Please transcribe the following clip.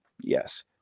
yes